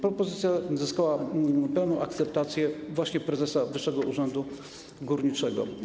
Propozycja uzyskała pełną akceptację prezesa Wyższego Urzędu Górniczego.